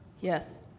Yes